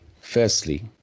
Firstly